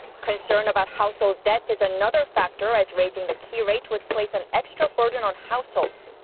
concern about household debt is another factor as raising the key rate would place an extra burden on households.